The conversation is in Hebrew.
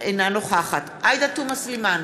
אינה נוכחת עאידה תומא סלימאן,